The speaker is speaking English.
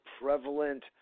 prevalent